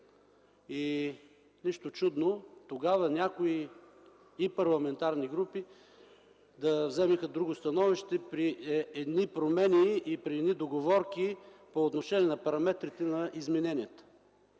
и нищо чудно тогава и някои парламентарни групи да вземат друго становище при едни промени и при едни договорки по отношение на параметрите на измененията.